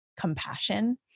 compassion